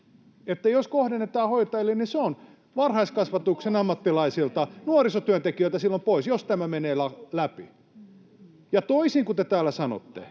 jos kohdennetaan hoitajille, niin se on varhaiskasvatuksen ammattilaisilta, nuorisotyöntekijöiltä silloin pois, jos tämä menee läpi. Ja toisin kuin te täällä sanotte,